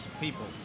people